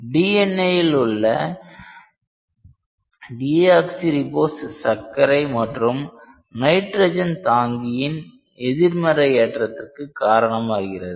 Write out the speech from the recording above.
DNAல் உள்ள டியாக்சிரிபோஸ்சர்க்கரை மற்றும் நைட்ரஜன் தாங்கியின் எதிர்மறை ஏற்றத்திற்கு காரணமாகிறது